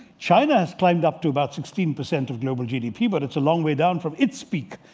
china has climbed up to about sixteen percent of global gdp. but it's a long way down from its peak.